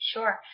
Sure